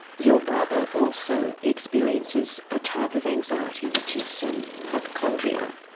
your brother also experiences a type of anxiety, which is um hypochondria.